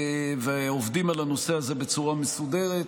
ועובדים על הנושא הזה בצורה מסודרת.